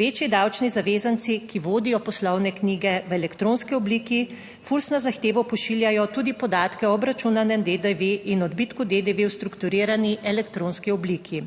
Večji davčni zavezanci, ki vodijo poslovne knjige v elektronski obliki FURS na zahtevo pošiljajo tudi podatke o obračunanem DDV in odbitku DDV v strukturirani elektronski obliki.